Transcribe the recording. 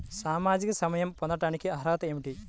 సామాజిక సహాయం పొందటానికి అర్హత ఏమిటి?